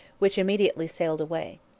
which immediately sailed away.